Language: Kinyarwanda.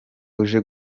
uje